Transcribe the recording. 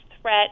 threat